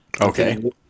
Okay